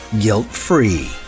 guilt-free